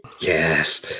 Yes